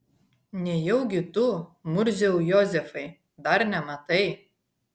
nejaugi tu murziau jozefai dar nematai